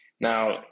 Now